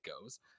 goes